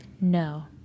no